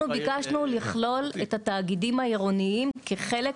אנחנו ביקשנו לכלול את התאגידים העירוניים כחלק.